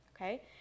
okay